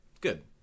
good